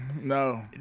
No